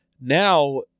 now